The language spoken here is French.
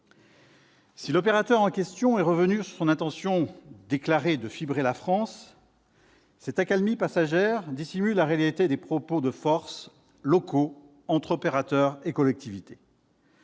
Si l'opérateur en question est revenu sur son intention déclarée de « fibrer la France », cette accalmie, donc passagère, dissimule la réalité des rapports de force locaux entre opérateurs et collectivités.